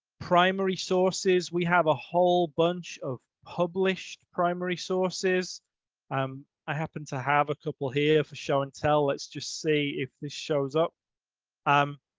primary sources. we have a whole bunch of published primary sources and um i happen to have a couple here for show and tell. let's just see if this shows up um